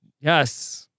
Yes